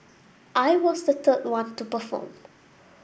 I was the third one to perform